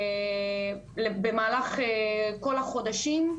במהלך כל החודשים,